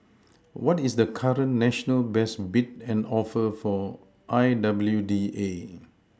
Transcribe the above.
what is the current national best bid and offer for I W D A